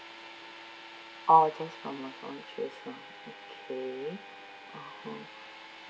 uh just parmesan cheese lah okay (uh huh)